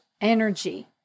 energy